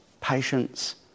patience